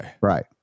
right